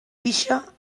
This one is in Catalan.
pixa